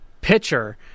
pitcher